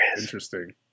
Interesting